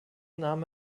nahm